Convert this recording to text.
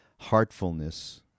heartfulness